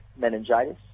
meningitis